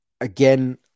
Again